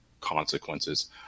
consequences